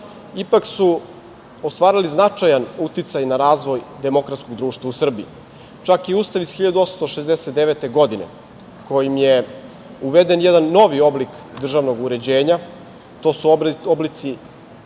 ipak su ostvarili značajan uticaj na razvoj demokratskog društva u Srbiji. Čak i Ustav iz 1869. godine, kojim je uveden jedan novi oblik državnog uređenja, to su oblici